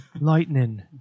Lightning